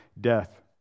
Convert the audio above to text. death